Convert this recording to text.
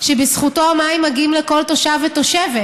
שבזכותו המים מגיעים לכל תושב ותושבת.